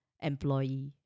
employee